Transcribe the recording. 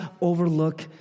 overlook